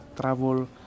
travel